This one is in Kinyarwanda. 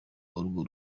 urwo